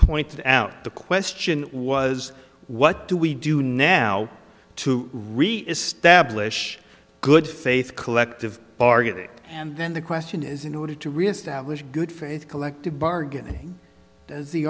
pointed out the question was what do we do now to reestablish good faith collective bargaining and then the question is in order to reestablish good faith collective bargaining as the